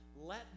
Let